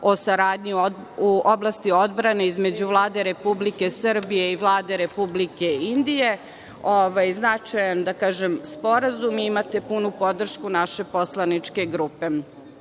o saradnji u oblasti odbrane između Vlade Republike Srbije i Vlade Republike Indije, značajan sporazum. Imate punu podršku naše poslaničke grupe. Zatim,